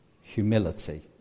humility